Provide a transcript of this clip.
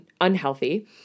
unhealthy